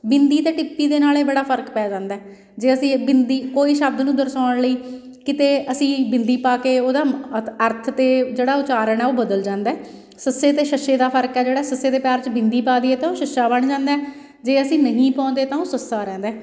ਬਿੰਦੀ ਅਤੇ ਟਿੱਪੀ ਦੇ ਨਾਲੇ ਬੜਾ ਫਰਕ ਪੈ ਜਾਂਦਾ ਜੇ ਅਸੀਂ ਬਿੰਦੀ ਕੋਈ ਸ਼ਬਦ ਨੂੰ ਦਰਸਾਉਣ ਲਈ ਕਿਤੇ ਅਸੀਂ ਬਿੰਦੀ ਪਾ ਕੇ ਉਹਦਾ ਅਰਥ ਅਤੇ ਜਿਹੜਾ ਉਚਾਰਣ ਆ ਉਹ ਬਦਲ ਜਾਂਦਾ ਹੈ ਸੱਸੇ ਅਤੇ ਛੱਛੇ ਦਾ ਫਰਕ ਹੈ ਜਿਹੜਾ ਸੱਸੇ ਦੇ ਪੈਰ 'ਚ ਬਿੰਦੀ ਪਾ ਦਈਏ ਤਾਂ ਉਹ ਛੱਛਾ ਬਣ ਜਾਂਦਾ ਜੇ ਅਸੀਂ ਨਹੀਂ ਪਾਉਂਦੇ ਤਾਂ ਉਹ ਸੱਸਾ ਰਹਿੰਦਾ